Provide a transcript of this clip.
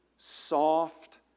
soft